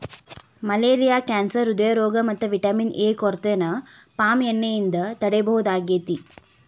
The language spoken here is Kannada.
ಮಲೇರಿಯಾ ಕ್ಯಾನ್ಸರ್ ಹ್ರೃದ್ರೋಗ ಮತ್ತ ವಿಟಮಿನ್ ಎ ಕೊರತೆನ ಪಾಮ್ ಎಣ್ಣೆಯಿಂದ ತಡೇಬಹುದಾಗೇತಿ